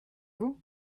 vous